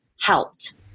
helped